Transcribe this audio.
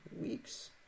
weeks